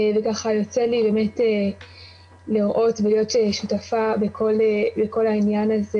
ויוצא לי באמת לראות ולהיות שותפה בכל העניין הזה